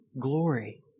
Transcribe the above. glory